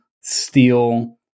steel